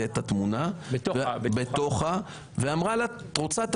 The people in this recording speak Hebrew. את התמונה בתוך ואמרה שאם היא רוצה,